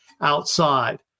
outside